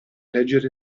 leggere